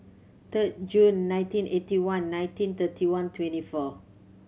third June nineteen eighty one nineteen thirty one twenty four